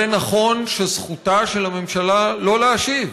זה נכון שזכותה של הממשלה שלא להשיב.